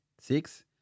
six